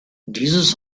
dieses